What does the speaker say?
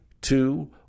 two